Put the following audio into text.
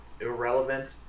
irrelevant